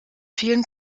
vielen